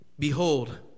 Behold